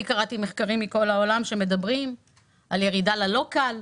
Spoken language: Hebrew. אני קראתי מחקרים מכל העולם שמדברים על ירידה ללוקל,